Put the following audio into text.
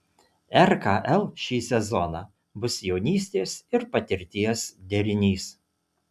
rkl šį sezoną bus jaunystės ir patirties derinys